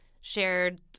shared